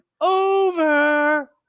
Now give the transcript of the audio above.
over